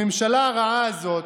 הממשלה הרעה הזאת,